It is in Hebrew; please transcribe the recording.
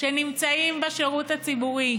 שנמצאים בשירות הציבורי,